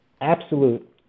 absolute